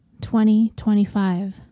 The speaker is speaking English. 2025